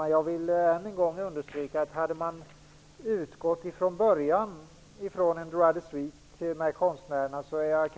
Men jag vill än en gång understryka att om man från början hade utgått från en droit de suite för konstnärerna är jag